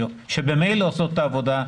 שממילא עושות את העבודה,